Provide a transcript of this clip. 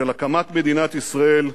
של הקמת מדינת ישראל,